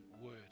Word